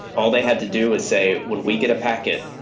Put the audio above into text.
all they had to do is say, when we get a packet,